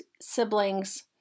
siblings